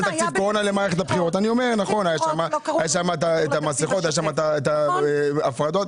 היה שם את המסכות, את ההפרדות.